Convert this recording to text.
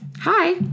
hi